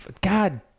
God